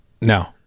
No